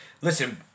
listen